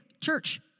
Church